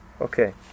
okay